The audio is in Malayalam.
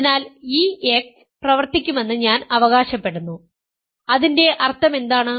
അതിനാൽ ഈ x പ്രവർത്തിക്കുമെന്ന് ഞാൻ അവകാശപ്പെടുന്നു അതിന്റെ അർത്ഥമെന്താണ്